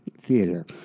Theater